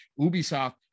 Ubisoft